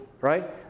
Right